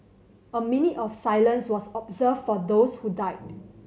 a minute of silence was observed for those who died